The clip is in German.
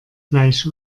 fleisch